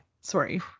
sorry